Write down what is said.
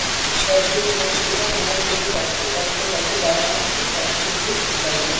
గడ్డిని మంచిగా మోపులు కట్టి పశువులకు దాణాకు పంపిండు సుబ్బయ్య